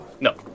No